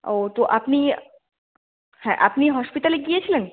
ও তো আপনি হ্যাঁ আপনি হসপিটালে গিয়েছিলেন